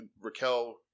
raquel